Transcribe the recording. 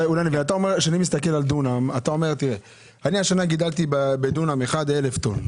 אתה אומר: אני השנה גידלתי בדונם אחד 1,000 טון.